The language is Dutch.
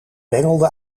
bengelde